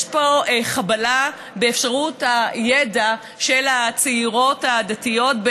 יש פה חבלה באפשרות הידע של הצעירות הדתיות,